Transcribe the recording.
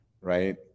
right